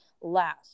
last